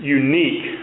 unique